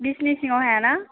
बिसनि सिङाव हाया ना